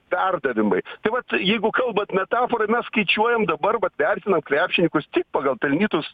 perdavimai tai vat jeigu kalbat metaforom mes skaičiuojame dabar vat vertinam krepšininkus tik pagal pelnytus